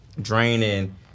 draining